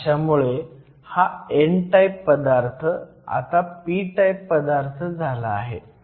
अशामुळे हा n type पदार्थ आता p टाईप पदार्थ झाला आहे